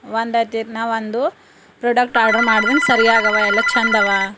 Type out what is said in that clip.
ಒಂದು ಒಂದು product order ಮಾಡ್ದೀನಿ ಸರಿಯಾಗವ ಎಲ್ಲ ಛಂದವ